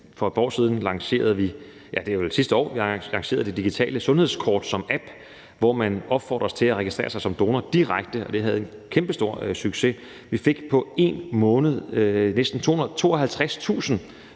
et par år siden lancerede vi – ja, det var vel sidste år – det digitale sundhedskort som app, hvor man opfordres til at registrere sig som donor direkte, og det havde en kæmpestor succes. Vi fik på en måned næsten 52.000